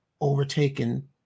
overtaken